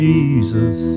Jesus